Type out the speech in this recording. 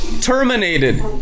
terminated